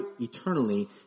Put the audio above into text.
eternally